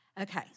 Okay